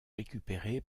récupéré